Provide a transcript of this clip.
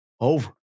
Over